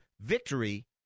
VICTORY